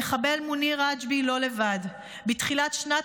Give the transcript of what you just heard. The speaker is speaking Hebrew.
המחבל מוניר רג'בי לא לבד: בתחילת שנת